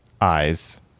eyes